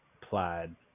plaid